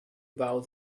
about